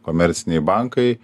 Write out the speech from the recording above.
komerciniai bankai